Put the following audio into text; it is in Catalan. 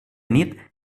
nit